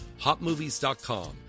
HotMovies.com